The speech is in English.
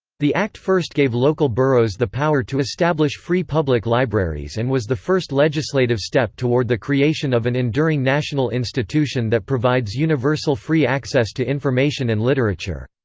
the act first gave local boroughs the power to establish free public libraries and was the first legislative step toward the creation of an enduring national institution that provides universal free access to information and literature.